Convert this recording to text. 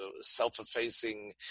self-effacing